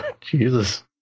Jesus